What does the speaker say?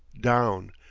down,